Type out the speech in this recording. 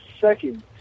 second